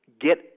get